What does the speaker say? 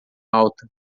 alta